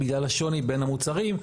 בגלל השוני בין המוצרים.